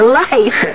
life